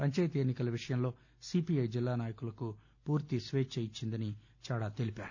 పంచాయతీ ఎన్ని కల విషయంలో సీపీఐ జిల్లా నాయకులకు పూర్తి స్వేచ్ఛ ఇచ్చిందని చాడ తెలిపారు